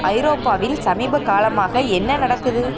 ஐரோப்பாவில் சமீப காலமாக என்ன நடக்குது